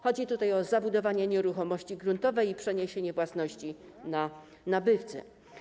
Chodzi tutaj o zabudowania nieruchomości gruntowej i przeniesienie własności na nabywcę.